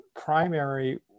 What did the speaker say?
primary